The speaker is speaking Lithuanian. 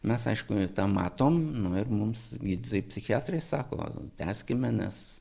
mes aišku tą matom nu ir mums gydytojai psichiatrai sako tęskime nes